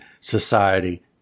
society